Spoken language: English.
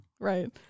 Right